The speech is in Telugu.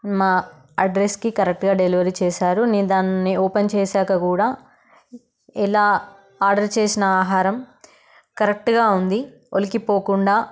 మా అడ్రస్కి కరెక్ట్గా డెలివరీ చేశారు నేను దానిని ఓపెన్ చేశాక కూడా ఇలా ఆర్డర్ చేసిన ఆహారం కరెక్ట్గా ఉంది ఒలికి పోకుండా